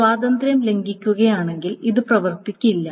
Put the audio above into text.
സ്വാതന്ത്ര്യം ലംഘിക്കുകയാണെങ്കിൽ ഇത് പ്രവർത്തിക്കില്ല